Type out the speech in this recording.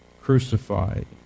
crucified